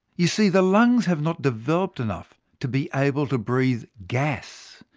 you see, the lungs have not developed enough to be able to breathe gas.